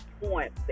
point